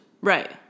Right